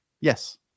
Yes